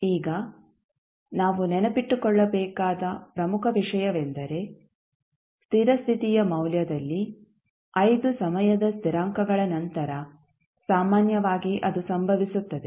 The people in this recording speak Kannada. ಈಗ ನಾವು ನೆನಪಿಟ್ಟುಕೊಳ್ಳಬೇಕಾದ ಪ್ರಮುಖ ವಿಷಯವೆಂದರೆ ಸ್ಥಿರ ಸ್ಥಿತಿಯ ಮೌಲ್ಯದಲ್ಲಿ 5 ಸಮಯದ ಸ್ಥಿರಾಂಕಗಳ ನಂತರ ಸಾಮಾನ್ಯವಾಗಿ ಅದು ಸಂಭವಿಸುತ್ತದೆ